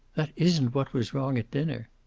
that isn't what was wrong at dinner.